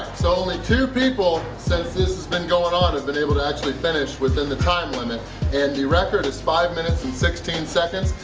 so only two people since this has been going on has been able to actually finish within the time limit and the record is five minutes and sixteen seconds,